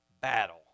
battle